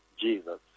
Jesus